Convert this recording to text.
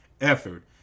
effort